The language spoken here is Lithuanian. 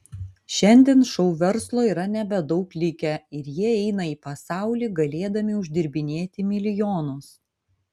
šiandien šou verslo yra nebedaug likę ir jie eina į pasaulį galėdami uždirbinėti milijonus